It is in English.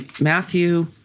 Matthew